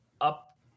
up